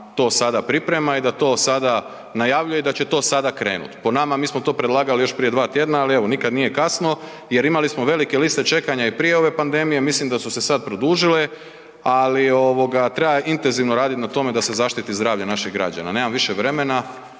to sada priprema i da to sada najavljuje i da će to sada krenut. Po nama, mi smo to predlagali još prije dva tjedna, ali evo, nikad nije kasno jer imali smo velike liste čekanja i prije ove pandemije, mislim da su se sad produžile, ali treba intenzivno raditi na tome da se zaštiti zdravlje naših građana. Nemam više vremena,